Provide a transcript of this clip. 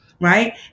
right